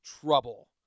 trouble